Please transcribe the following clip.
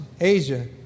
Asia